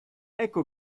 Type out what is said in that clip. ecco